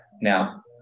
Now